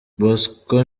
bosco